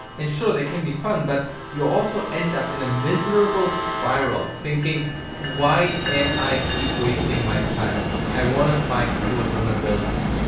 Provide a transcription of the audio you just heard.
and sure, they can be fun, but you also end up in a miserable spiral thinking why am i keep wasting my time? i wanna find cool vulnerabilities,